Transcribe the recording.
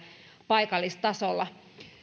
paikallistasolla